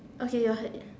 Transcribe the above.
okay your